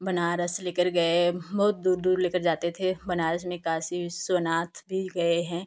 बनारस लेकर गए बहुत दूर दूर लेकर जाते थे बनारस में काशी विश्वनाथ भी गए हैं